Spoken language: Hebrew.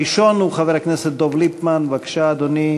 ראשון השואלים, חבר הכנסת דב ליפמן, בבקשה, אדוני.